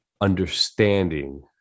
understanding